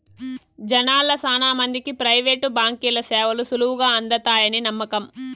జనాల్ల శానా మందికి ప్రైవేటు బాంకీల సేవలు సులువుగా అందతాయని నమ్మకం